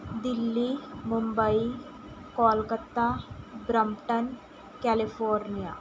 Delhi Mumbai Calcutta Brampton California